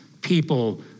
people